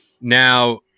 Now